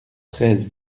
treize